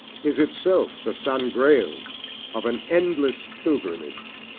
is itself the sangrail of an endless pilgrimage,